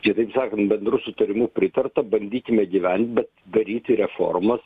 čia taip sakant bendru sutarimu pritarta bandykime gyvent bet daryti reformas